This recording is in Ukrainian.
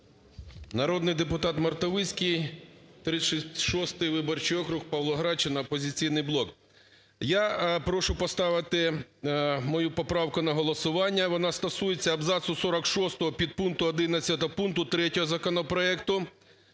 Народний депутат Мартовицький, 36-й виборчий округ, Павлоградщина, "Опозиційний блок". Я прошу поставити мою поправку на голосування. Вона стосується абзацу 46 підпункту 11 пункту 3 законопроекту.